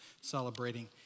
celebrating